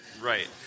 Right